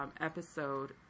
episode